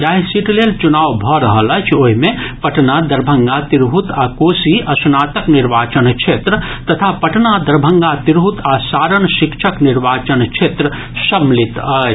जाहि सीट लेल चुनाव भऽ रहल अछि ओहि मे पटना दरभंगा तिरहुत आ कोसी स्नातक निर्वाचन क्षेत्र तथा पटना दरभंगा तिरहुत आ सारण शिक्षक निर्वाचन क्षेत्र सम्मिलित अछि